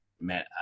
man